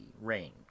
rain